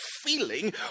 feeling